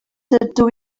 dydw